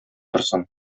торсын